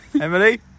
Emily